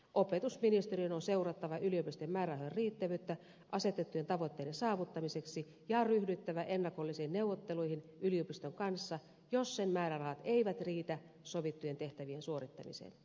opetusministeriön on seurattava yliopistojen määrärahojen riittävyyttä asetettujen tavoitteiden saavuttamiseksi ja on ryhdyttävä ennakollisiin neuvotteluihin yliopiston kanssa jos sen määrärahat eivät riitä sovittujen tehtävien suorittamiseen